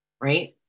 right